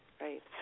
right